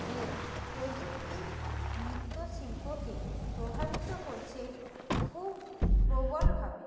যে প্রযুক্তি নৃত্য শিল্পকে প্রভাবিত করছে খুব প্রবলভাবে